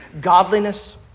godliness